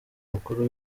mukuru